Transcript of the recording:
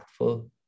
impactful